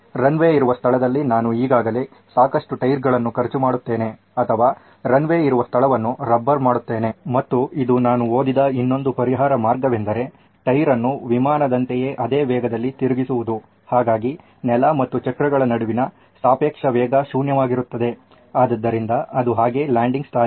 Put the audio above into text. runway ಇರುವ ಸ್ಥಳದಲ್ಲಿ ನಾನು ಈಗಾಗಲೇ ಸಾಕಷ್ಟು ಟೈರ್ಗಳನ್ನು ಖರ್ಚು ಮಾಡುತ್ತೇನೆ ಅಥವಾ ರನ್ವೇ ಇರುವ ಸ್ಥಳವನ್ನು ರಬ್ಬರ್ ಮಾಡುತ್ತೇನೆ ಮತ್ತು ಇದು ನಾನು ಓದಿದ ಇನ್ನೊಂದು ಪರಿಹಾರ ಮಾರ್ಗವೆಂದರೆ ಟೈರ್ ಅನ್ನು ವಿಮಾನದಂತೆಯೇ ಅದೇ ವೇಗದಲ್ಲಿ ತಿರುಗಿಸುವುದು ಹಾಗಾಗಿ ನೆಲ ಮತ್ತು ಚಕ್ರಗಳ ನಡುವಿನ ಸಾಪೇಕ್ಷ ವೇಗ ಶೂನ್ಯವಾಗಿರುತ್ತದೆ ಆದ್ದರಿಂದ ಅದು ಹಾಗೆ ಲ್ಯಾಂಡಿಂಗ್ ಸ್ಥಾಯಿ